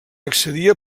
accedia